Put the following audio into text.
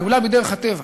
גאולה בדרך הטבע.